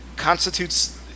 constitutes